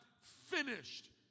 finished